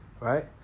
Right